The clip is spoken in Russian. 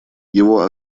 его